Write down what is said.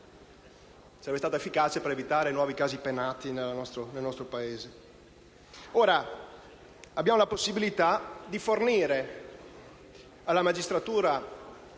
Sarebbe stata efficace per evitare nuovi casi Penati nel nostro Paese.